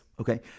okay